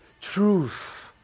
truth